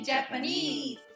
Japanese